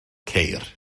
ceir